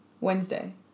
Wednesday